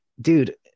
dude